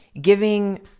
giving